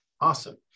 Awesome